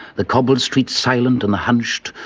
the cobblestreets silent and the hunched,